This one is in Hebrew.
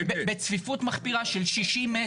בצפיפות מחפירה של 60 מטר,